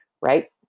right